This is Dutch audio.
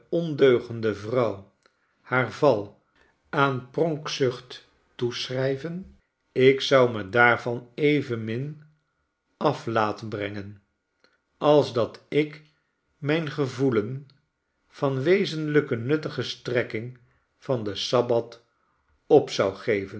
ondeugende vrouw haar val aan pronkzucht toeschrijven ik zou me daarvan evenmin af laten brengen als dat ik mijn gevoelen van de wezenlijke nuttige strekking van den sabbat op zou geven